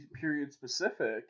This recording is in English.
period-specific